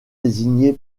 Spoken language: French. désigné